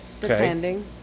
depending